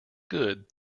good